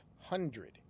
hundred